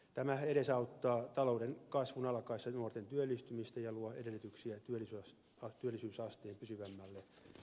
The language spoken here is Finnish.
tämä edesauttaa talouden kasvun alkaessa nuorten työllistymistä ja luo edellytyksiä työllisyysasteen pysyvämmälle nostamiselle